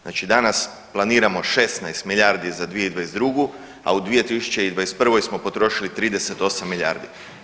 Znači danas planiramo 16 milijardi za 2022. a u 2021. smo potrošili 38 milijardi.